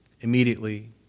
Immediately